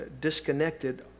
Disconnected